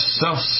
self